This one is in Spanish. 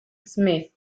smith